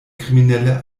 kriminelle